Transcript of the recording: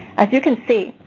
as you can see,